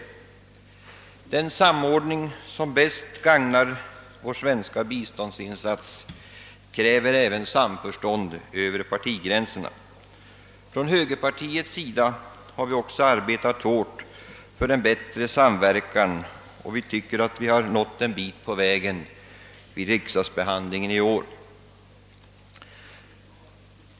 Den samordning som bäst gagnar vår svenska biståndsinsats kräver samförstånd över partigränserna. Från högerpartiets sida har vi också arbetat hårt för en bättre samverkan, och vi tycker att vi har nått en bit på vägen vid riksdagsbehandlingen i år.